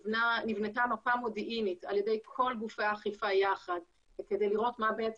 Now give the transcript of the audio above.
נבנתה מפה מודיעינית על ידי כל גופי האכיפה יחד כדי לראות מה בעצם